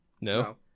No